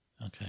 Okay